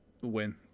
win